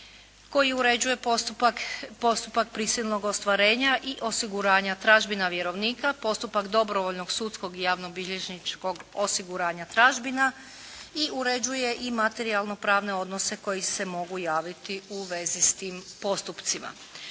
koji uređuje postupak prisilnog ostvarenja u osiguranja tražbina vjerovnika, postupak dobrovoljnog sudskog i javnobilježničkog osiguranja tražbina i uređuje i materijalno-pravne odnose koji se mogu javiti u vezi s tim postupcima.